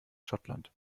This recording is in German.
schottland